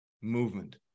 movement